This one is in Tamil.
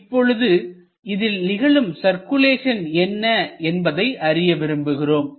இப்பொழுது இதில் நிகழும் சர்க்குலேஷன் என்ன என்பதை அறிய விரும்புகிறோம்